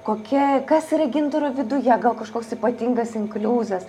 kokia kas yra gintaro viduje gal kažkoks ypatingas inkliuzas